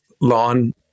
lawn